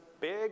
Big